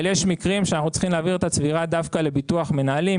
אבל יש מקרים שאנחנו צריכים להעביר את הצבירה דווקא לביטוח מנהלים.